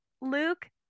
Luke